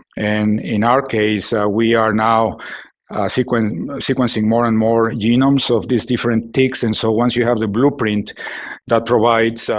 and in our case, we are now sequencing sequencing more and more genomes of these different ticks. and so once you have the blueprint that provides